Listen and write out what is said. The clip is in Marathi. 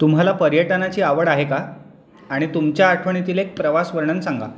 तुम्हाला पर्यटनाची आवड आहे का आणि तुमच्या आठवणीतील एक प्रवासवर्णन सांगा